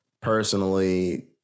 personally